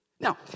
Now